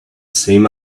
same